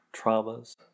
traumas